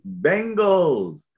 Bengals